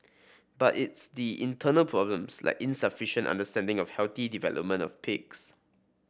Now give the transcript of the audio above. but it's the internal problems like insufficient understanding of healthy development of pigs